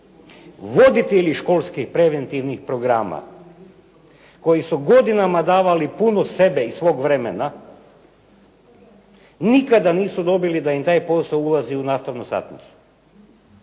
voditelji školskih preventivnih programa, koji su godinama davali puno sebe i svog vremena nikada nisu dobili da im taj posao ulazi u nastavnu satnicu.